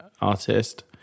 artist